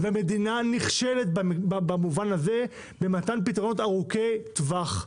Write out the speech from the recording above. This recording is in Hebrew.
המדינה נכשלת במתן פתרונות ארוכי טווח.